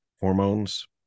hormones